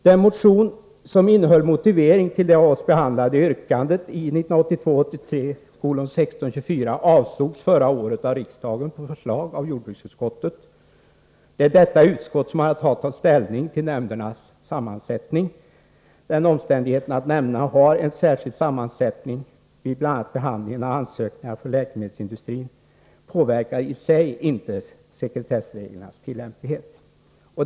Den motion som innehöll motiveringen till det av oss behandlade yrkandet i motion 1982/83:1624 avslogs förra året av riksdagen på förslag av jordbruksutskottet. Det är detta utskott som har att ta ställning till nämndernas sammansättning. Den omständigheten att nämnderna har en särskild sammansättning vid bl.a. behandlingen av ansökningar från läkemedelsindustrin påverkar i sig inte sekretessreglernas tillämplighet.